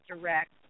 direct